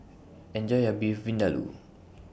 Enjoy your Beef Vindaloo